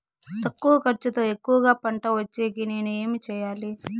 తక్కువ ఖర్చుతో ఎక్కువగా పంట వచ్చేకి నేను ఏమి చేయాలి?